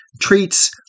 treats